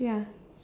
ya